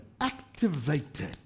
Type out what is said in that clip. activated